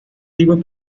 tipos